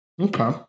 Okay